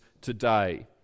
today